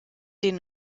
den